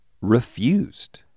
refused